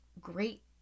great